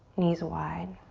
knees wide.